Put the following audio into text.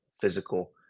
physical